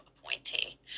appointee